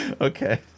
Okay